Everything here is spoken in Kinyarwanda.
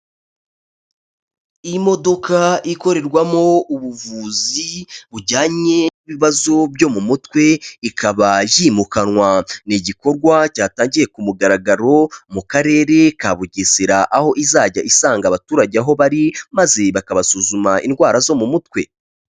Imodoka ikorerwamwo ubuvuzi bujyanye n'ibibazo byo mu mutwe ikaba yimukanwa, ni igikorwa cyatangiye ku mugaragaro mu Karere ka Bugesera, aho izajya isanga abaturage aho bari maze bakabasuzuma indwara zo mu mutwe.